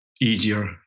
easier